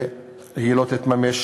שלא תתממש,